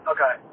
Okay